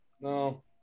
No